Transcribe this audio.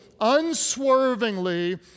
unswervingly